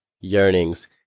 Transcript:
Yearnings